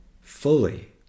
fully